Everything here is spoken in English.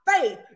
Faith